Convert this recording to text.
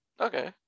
Okay